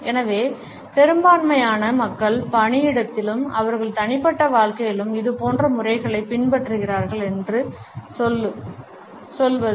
எனவே பெரும்பான்மையான மக்கள் பணியிடத்திலும் அவர்களின் தனிப்பட்ட வாழ்க்கையிலும் இதேபோன்ற முறைகளைப் பின்பற்றுகிறார்கள் என்று சொல்வது